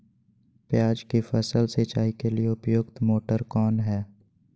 प्याज की फसल सिंचाई के लिए उपयुक्त मोटर कौन है?